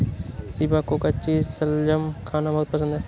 दीपक को कच्ची शलजम खाना बहुत पसंद है